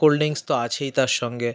cold drinks তো আছেই তার সঙ্গে